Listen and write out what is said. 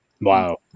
Wow